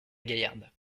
gaillarde